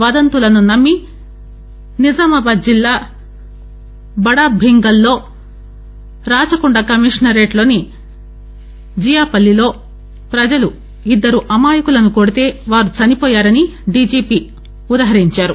వదంతులను నమ్మి నిజామాబాద్ జిల్లా బడా భీంగల్ లో రాచకొండ కమిషనరేట్ లోని జియాపల్లిలో ప్రజలు ఇద్దరు అమాయకులను కొడితే వారి చనిపోయారనీ డీజీపీ ఉదహరించారు